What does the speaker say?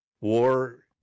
war